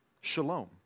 shalom